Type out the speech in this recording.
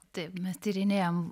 taip mes tyrinėjam